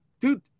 dude